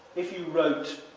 if you wrote,